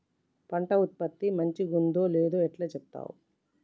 పంట ఉత్పత్తి మంచిగుందో లేదో ఎట్లా చెప్తవ్?